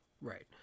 Right